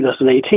2018